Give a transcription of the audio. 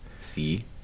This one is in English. See